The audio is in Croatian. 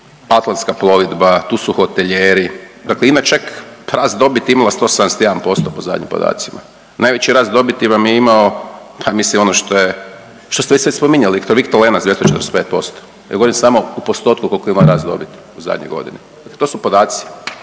Atlantska plovidba, tu su hotelijeri. Dakle, INA čak rast dobiti imala 171% po zadnjim podacima. Najveći rast dobiti vam je imao pa mislim ono što ste već sve spominjali Viktor Lenac 245%. Ja govorim samo u postotku koliko ima rast dobiti u zadnjoj godini. To su podaci.